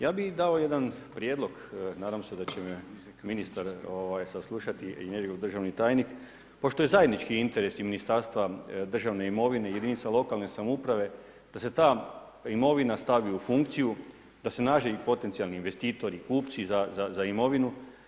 Ja bih dao jedan prijedlog, nadam se da će me ministar saslušati i njegov državni tajnik, pošto je zajednički interes i Ministarstva državne imovine i jedinica lokalne samouprave da se ta imovina stavi u funkciju, da se nađu potencijalni investitori i kupci za imovinu.